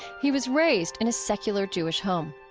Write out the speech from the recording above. he was raised in a secular jewish home.